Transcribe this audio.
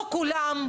לא כולם.